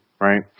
right